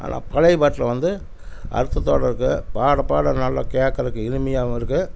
ஆனால் பழைய பாட்டில் வந்து அர்த்தத்தோடு இருக்கும் பாட பாட நல்ல கேட்கறக்கு இனிமையாகவும் இருக்கும்